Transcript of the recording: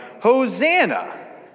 Hosanna